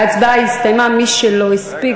ההצעה להעביר את הנושא לוועדה שתקבע ועדת הכנסת נתקבלה.